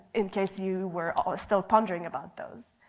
in case you are all still pondering about those.